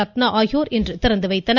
ரத்னா ஆகியோர் திறந்து வைத்தனர்